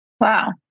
Wow